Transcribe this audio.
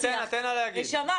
יש לך